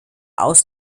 aus